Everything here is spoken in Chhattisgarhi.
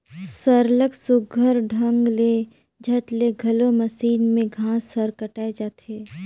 सरलग सुग्घर ढंग ले झट ले घलो मसीन में घांस हर कटाए जाथे